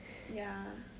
ya